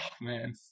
man